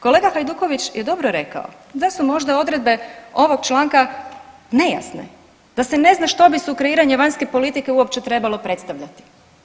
Kolega Hajduković je dobro rekao, da su možda odredbe ovog članka nejasne, da se ne zna što bi sukreiranje vanjske politike uopće trebalo predstavljati.